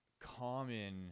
common